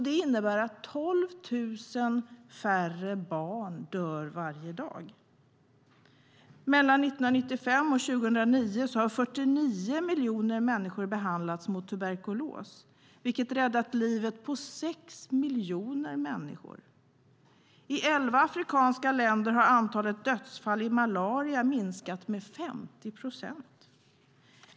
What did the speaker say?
Det innebär att 12 000 färre barn dör varje dag. Mellan 1995 och 2009 har 49 miljoner människor behandlats mot tuberkulos, vilket räddat livet på 6 miljoner människor. I elva afrikanska länder har antalet dödsfall i malaria minskat med 50 procent.